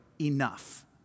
enough